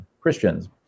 christians